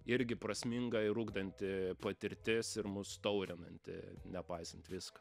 irgi prasminga ir ugdanti patirtis ir mus taurinanti nepaisant visko